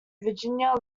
virginia